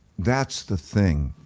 that's the thing,